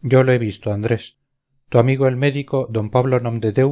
yo lo he visto andrés tu amigo el médico d pablo nomdedeu